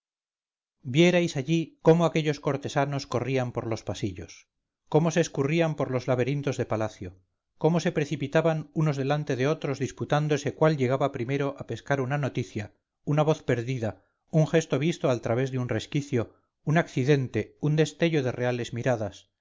vierais allí cómo aquellos cortesanos coman por los pasillos cómo se escurrían por los laberintos de palacio cómo se precipitaban unos delante de otros disputándose cuál llegaba primero a pescar una noticia una voz perdida un gesto visto al través de un resquicio un accidente un destello de reales miradas